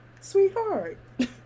Sweetheart